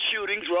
shootings